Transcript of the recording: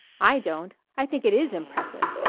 i don't. i think it is impressive.